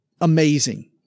amazing